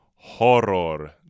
Horror